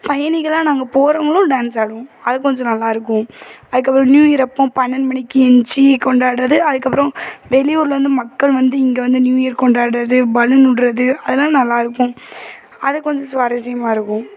பயணிகள்லாம் நாங்கள் போகிறவங்களும் டான்ஸ் ஆடுவோம் அது கொஞ்சம் நல்லா இருக்கும் அதுக்கப்புறம் நியூ இயர் அப்போம் பன்னெண்டு மணிக்கு எந்திச்சி கொண்டாடுறது அதுக்கப்புறம் வெளியூர்லேயிருந்து மக்கள் வந்து இங்கே வந்து நியூ இயர் கொண்டாடுறது பலூன் விட்றது அதெல்லாம் நல்லா இருக்கும் அது கொஞ்சம் சுவாரஸ்யமாக இருக்கும்